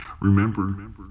Remember